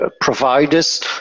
providers